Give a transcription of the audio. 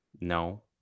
No